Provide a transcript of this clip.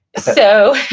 so,